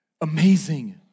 Amazing